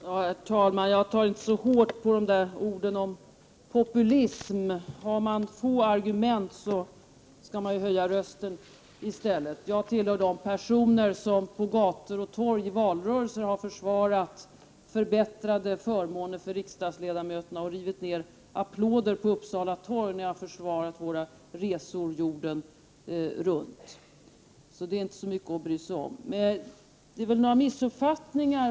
Herr talman! Jag tar inte så hårt på orden om populism. Den som har få argument höjer väl rösten i stället. Jag tillhör de personer som på gator och torg i valrörelser har försvarat förbättrade förmåner för riksdagsledamöter, och jag har rivit ned applåder på torg i Uppsala när jag har försvarat våra resor jorden runt. Det måste här föreligga några missuppfattningar.